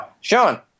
Sean